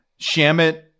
Shamit